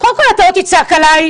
קודם כל, אתה לא תצעק עליי.